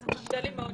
קשה לי מאוד